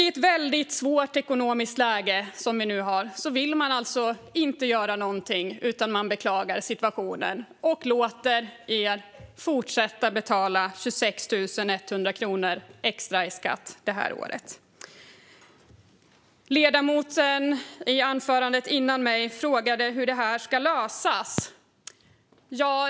I ett svårt ekonomiskt läge, som vi nu har, vill inte regeringen göra någonting utan beklagar bara situationen och låter er fortsätta betala 26 100 kronor extra i skatt det här året. Ledamoten som talade före mig här frågade hur detta ska lösas.